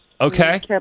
Okay